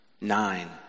Nine